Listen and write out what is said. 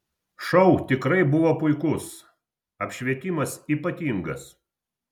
šou tikrai buvo puikus apšvietimas ypatingas